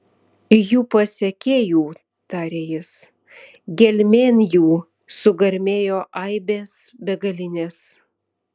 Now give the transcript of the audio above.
jų pasekėjų tarė jis gelmėn jų sugarmėjo aibės begalinės